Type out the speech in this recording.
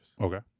Okay